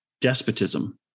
despotism